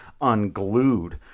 unglued